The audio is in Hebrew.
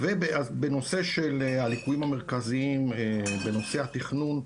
לגבי הליקויים המרכזיים בנושא התכנון,